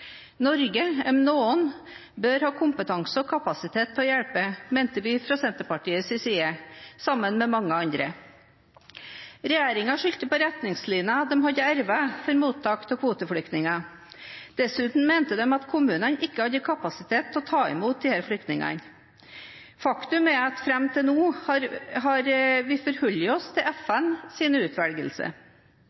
Norge, om noen, bør ha kompetanse og kapasitet til å hjelpe, mente vi fra Senterpartiets side sammen med mange andre. Regjeringen skyldte på retningslinjene de hadde arvet for mottak av kvoteflyktninger. Dessuten mente de at kommunene ikke hadde kapasitet til å ta mot disse flyktningene. Faktum er at fram til nå har vi forholdt oss til FNs utvelgelse.